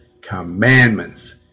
commandments